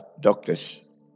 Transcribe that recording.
doctors